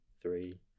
three